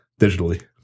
Digitally